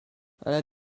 ale